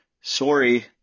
Sorry